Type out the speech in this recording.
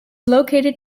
located